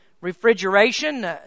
refrigeration